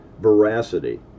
veracity